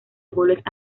goles